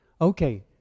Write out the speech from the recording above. Okay